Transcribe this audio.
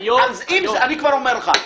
אני כבר אומר לך.